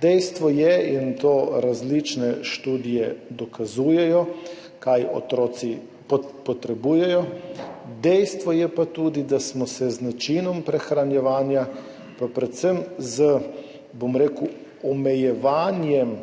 Dejstvo je, in to različne študije dokazujejo, kaj otroci potrebujejo. Dejstvo je pa tudi, da smo se z načinom prehranjevanja, predvsem z omejevanjem